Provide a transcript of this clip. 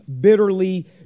bitterly